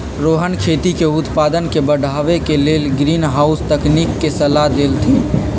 रोहन खेती के उत्पादन के बढ़ावे के लेल ग्रीनहाउस तकनिक के सलाह देलथिन